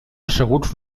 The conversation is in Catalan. asseguts